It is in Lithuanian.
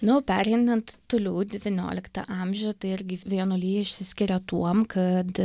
nu o pereinant toliau į devynioliktą amžių tai irgi vienuolija išsiskiria tuom kad